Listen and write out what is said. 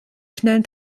schnellen